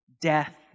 death